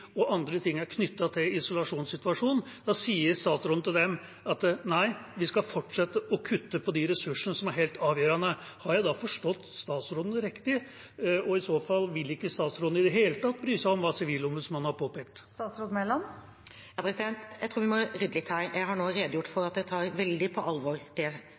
og andre ting er knyttet til isolasjonssituasjonen: Nei, vi skal fortsette å kutte i de ressursene som er helt avgjørende. Har jeg da forstått statsråden riktig? Og i så fall: Vil ikke statsråden i det hele tatt bry seg om hva Sivilombudsmannen har påpekt? Jeg tror vi må rydde litt her. Jeg har nå redegjort for at jeg tar veldig på alvor det